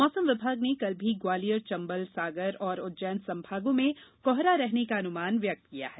मौसम विभाग ने कल भी ग्वालियर चंबल सागर और उज्जैन संभागों में कोहरा रहने का अनुमान व्यक्त किया है